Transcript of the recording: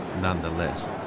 nonetheless